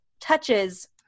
touches